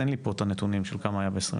אין לי פה את הנתונים של כמה היה ב-2021.